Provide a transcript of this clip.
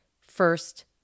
first